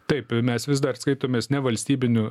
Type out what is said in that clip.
taip mes vis dar skaitomės nevalstybiniu